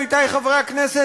עמיתי חברי הכנסת,